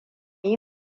yi